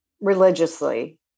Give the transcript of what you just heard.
religiously